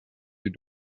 your